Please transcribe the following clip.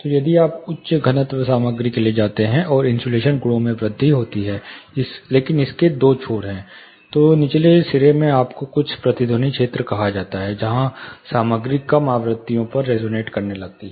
तो यदि आप उच्च घनत्व सामग्री के लिए जाते हैं और इन्सुलेशन गुणों में वृद्धि होती है लेकिन इसके दो छोर हैं तो निचले सिरे में आपको कुछ प्रतिध्वनि क्षेत्र कहा जाता है जहां सामग्री कम आवृत्तियों पर रिजोनेट करने लगती हैं